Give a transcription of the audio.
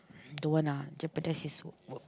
don't want lah jeopardize his work